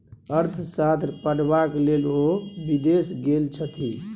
अर्थशास्त्र पढ़बाक लेल ओ विदेश गेल छथि